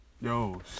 Yo